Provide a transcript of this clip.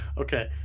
Okay